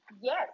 yes